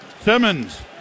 Simmons